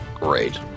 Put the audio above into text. Great